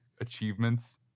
achievements